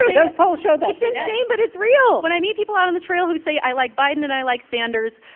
those polls show that it's insane, but it's real when i meet people out on the trail who say, i like biden and i like sanders,